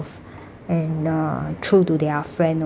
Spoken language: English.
and uh true to their friend also